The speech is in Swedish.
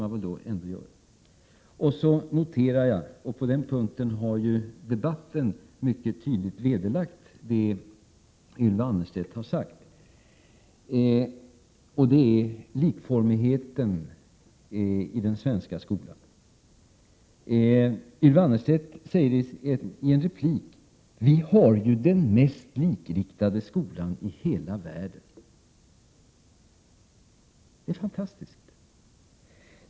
1987/88:123 och på den punkten har debatten mycket tydligt vederlagt det som Ylva 19 maj 1988 Annerstedt sagt. Hon sade i en replik: Vi har den mest likriktade skolan i hela världen. — Ja, det är fantastiskt!